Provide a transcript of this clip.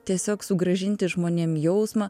tiesiog sugrąžinti žmonėm jausmą